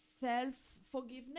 self-forgiveness